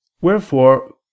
Wherefore